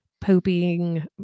pooping